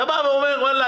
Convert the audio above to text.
אתה אומר: וואלה,